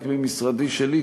רק ממשרדי שלי,